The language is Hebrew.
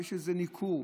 שיש ניכור,